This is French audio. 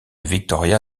victoria